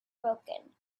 broken